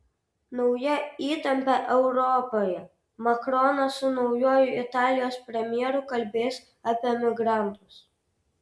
nauja įtampa europoje makronas su naujuoju italijos premjeru kalbės apie migrantus